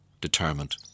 determined